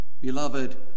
Beloved